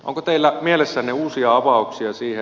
onko teillä mielessänne uusia avauksia siihen